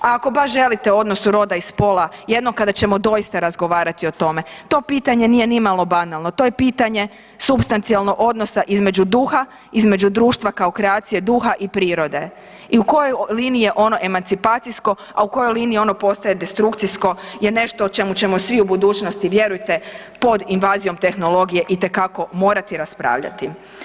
A ako baš želite o odnosu roda i spola jednom kada ćemo doista razgovarati o tome to pitanje nije nimalo banalno, to je pitanje supstancijalno odnosa između duha, između društva kao kreacije duha i prirode i u kojoj liniji je ono emancipacijsko, a u kojoj liniji ono postaje destrukcijsko je nešto o čemu ćemo svi u budućnosti vjerujte pod invazijom tehnologije itekako morati raspravljati.